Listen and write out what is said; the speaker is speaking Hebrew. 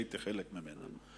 שהייתי חלק ממנה.